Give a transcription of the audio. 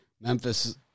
Memphis